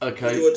Okay